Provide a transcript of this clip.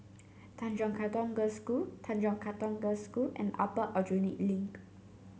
Tanjong Katong Girls' School Tanjong Katong Girls' School and Upper Aljunied Link